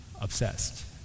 obsessed